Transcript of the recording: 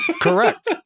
Correct